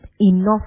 enough